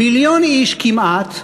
מיליון איש כמעט,